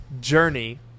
journey